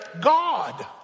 God